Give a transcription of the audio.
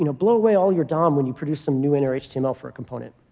you know blow away all your dom when you produce some new innerhtml for a component.